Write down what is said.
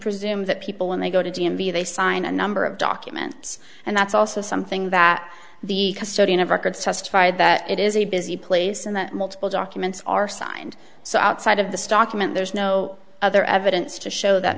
presume that people when they go to d m v they sign a number of documents and that's also something that the custodian of records testified that it is a busy place and that multiple documents are signed so outside of the stockmen there's no other evidence to show that